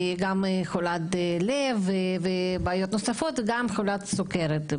גם חולת לב ובעיות נוספות וגם חולת סוכרת.